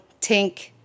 Tink